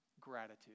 Gratitude